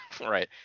Right